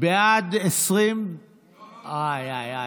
בעד, איי איי איי,